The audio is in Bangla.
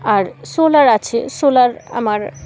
আর সোলার আছে সোলার আমার